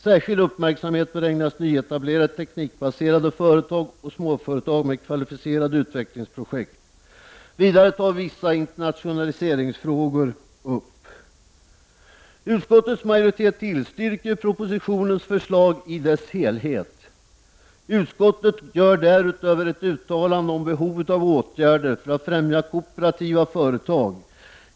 Särskild uppmärksamhet bör ägnas nyetablerade teknikbaserade företag och småföretag med kvalificerade utvecklingsprojekt. Vidare tas vissa internationaliseringsfrågor upp. Utskottets majoritet tillstyrker propositionens förslag i dess helhet. Utskottet gör därutöver ett uttalande om behovet av åtgärder för att främja kooperativa företag.